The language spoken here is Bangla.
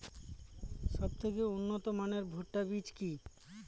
সবথেকে উন্নত মানের ভুট্টা বীজ কি?